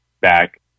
back